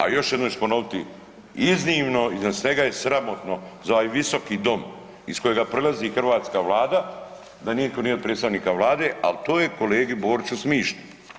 A još jednom ću ponoviti, iznimno iznad svega je sramotno za ovaj visoki dom iz kojeg proizlazi hrvatska Vlada da nitko nije od predstavnika Vlade, ali to je kolegu Boriću smišno.